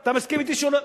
אתה מסכים אתי שהוא לא,